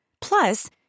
Plus